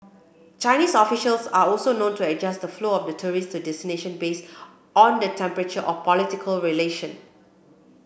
Chinese officials are also known to adjust the flow of tourist to destination based on the temperature of political relation